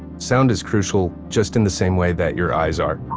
sound is crucial, just in the same way that your eyes are,